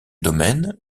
domaine